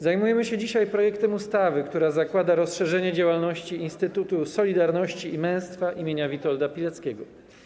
Zajmujemy się dzisiaj projektem ustawy, która zakłada rozszerzenie działalności Instytutu Solidarności i Męstwa im. Witolda Pileckiego.